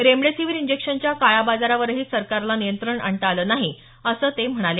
remdesivir इंजेक्शनच्या काळाबाजारावरही सरकारला नियंत्रण आणता आलं नाही असं ते म्हणाले